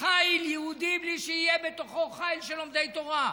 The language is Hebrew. חיל יהודי בלי שיהיה בתוכו חיל של לומדי תורה,